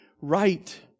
right